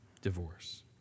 divorce